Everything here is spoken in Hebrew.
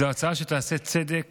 זו הצעה שתעשה צדק